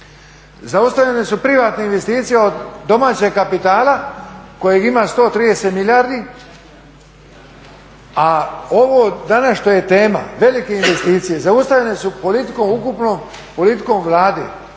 Zaustavljene su privatne investicije od domaćeg kapitala kojeg ima 130 milijardi, a ovo danas što je tema, velike investicije zaustavljene su politikom Vlade.